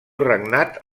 regnat